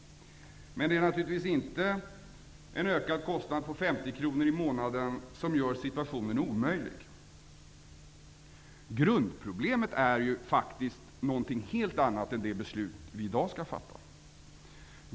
Men det är naturligtvis inte en ökad kostnad på 50 kr i månaden som gör situationen omöjlig. Grundproblemet är faktiskt helt annat än vad det beslut som vi i dag skall fatta innebär.